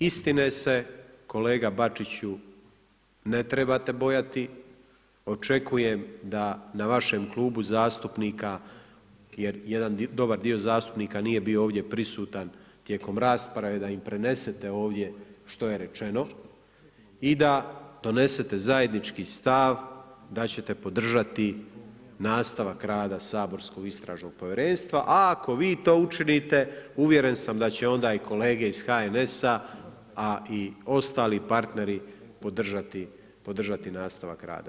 Istine se kolege BAčiću ne trebate bojati, očekujem da na vašem klubu zastupnika je jedan dobar dio zastupnika nije bio ovdje prisutan tijekom rasprave da im prenesete ovdje što je rečeno i da donesete zajednički stav da ćete podržati nastavak rada saborskog Istražnog povjerenstva, a ako vi to učinite uvjeren sam da će onda i kolege iz HNS-a, a i ostali partneri podržati nastavak rada.